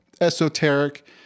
esoteric